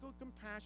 compassion